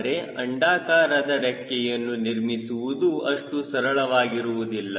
ಆದರೆ ಅಂಡಾಕಾರದ ರೆಕ್ಕೆಯನ್ನು ನಿರ್ಮಿಸುವುದು ಅಷ್ಟು ಸರಳವಾಗಿರುವುದಿಲ್ಲ